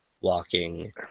walking